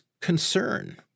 concern